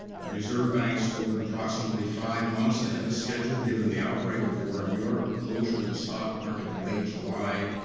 the reserve banks opened approximately five months ahead of schedule. given the outbreak of war in europe, closure of the stock market in late july,